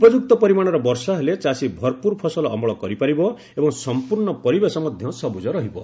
ଉପଯୁକ୍ତ ପରିମାଣର ବର୍ଷା ହେଲେ ଚାଷୀ ଭରପୂର ଫସଲ ଅମଳ କରିପାରିବ ଏବଂ ସମ୍ପୂର୍ଣ୍ଣ ପରିବେଶ ମଧ୍ୟ ସବୁଜ ରହିବ